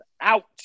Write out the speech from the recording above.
out